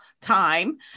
time